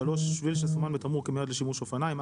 שביל שסומן בתמרור כמיועד לשימוש אופניים,